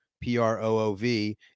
P-R-O-O-V